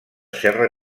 serra